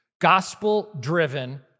Gospel-driven